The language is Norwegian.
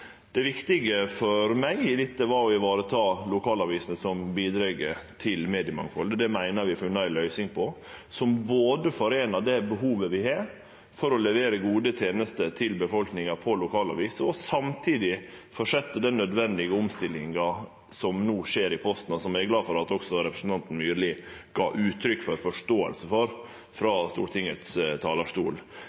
Det viktige for meg i dette var å vareta lokalavisene, som bidreg til mediemangfaldet. Det meiner vi at vi har funne ei løysing på, som foreinar det behovet vi har for å levere gode tenester til befolkninga på lokalaviser og å fortsetje den nødvendige omstillinga som no skjer i Posten, og som eg er glad for at også representanten Myrli gav uttrykk for forståing for frå Stortingets talarstol.